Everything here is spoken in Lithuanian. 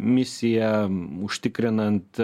misiją užtikrinant